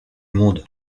monde